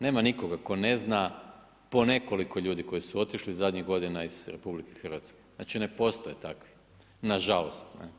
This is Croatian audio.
Nema nikoga ko ne zna po nekoliko ljudi koji su otišli zadnjih godina iz RH, znači ne postoje takvi, nažalost.